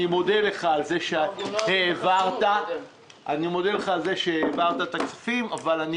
אני מודה לך שהעברת את הכספים אבל אני